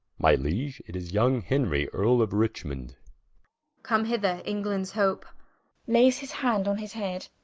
my liege, it is young henry, earle of richmond come hither, englands hope layes his hand on his head.